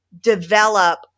develop